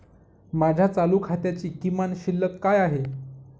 माझ्या चालू खात्याची किमान शिल्लक काय आहे?